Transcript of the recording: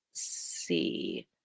see